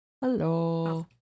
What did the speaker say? Hello